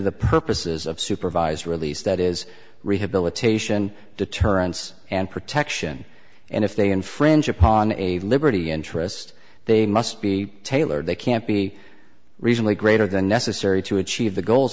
the purposes of supervised release that is rehabilitation deterrence and protection and if they infringe upon a liberty interest they must be tailored they can't be recently greater than necessary to achieve the goals